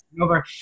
over